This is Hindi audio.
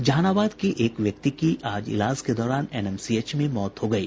जहानाबाद के एक व्यक्ति की आज इलाज के दौरान एनएमसीएच में मौत हो गयी